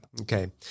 Okay